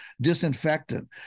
disinfectant